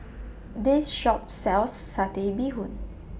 This Shop sells Satay Bee Hoon